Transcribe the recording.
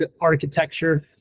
architecture